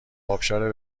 ابشار